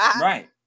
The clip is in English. right